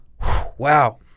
wow